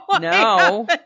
No